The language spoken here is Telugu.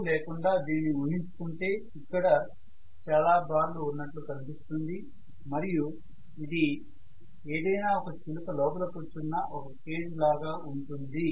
కోర్ లేకుండా దీనిని ఊహించుకుంటే ఇక్కడ చాలా బార్లు ఉన్నట్లు కనిపిస్తుంది మరియు ఇది ఏదైనా ఒక చిలుక లోపల కూర్చున్న ఒక కేజ్ లాగా ఉంటుంది